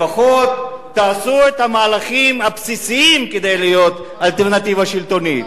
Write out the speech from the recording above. לפחות תעשו את המהלכים הבסיסיים כדי להיות אלטרנטיבה שלטונית.